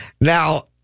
Now